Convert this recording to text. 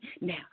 Now